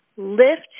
Lift